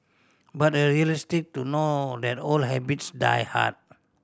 but are realistic to know that old habits die hard